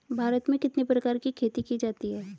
भारत में कितने प्रकार की खेती की जाती हैं?